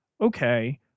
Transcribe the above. Okay